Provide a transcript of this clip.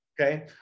Okay